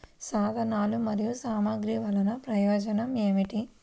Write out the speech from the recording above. సాధనాలు మరియు సామగ్రి వల్లన ప్రయోజనం ఏమిటీ?